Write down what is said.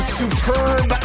superb